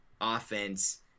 offense